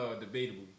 debatable